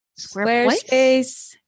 Squarespace